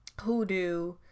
Hoodoo